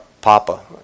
papa